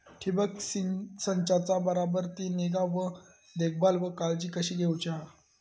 ठिबक संचाचा बराबर ती निगा व देखभाल व काळजी कशी घेऊची हा?